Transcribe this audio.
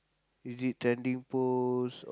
is it trending post or